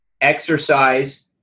exercise